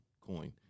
coin